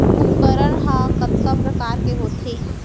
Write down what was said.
उपकरण हा कतका प्रकार के होथे?